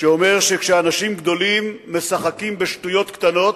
שאומר שכאשר אנשים גדולים משחקים בשטויות קטנות,